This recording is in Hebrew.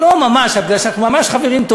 לא ממש, אבל זה כי אנחנו ממש חברים טובים.